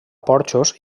porxos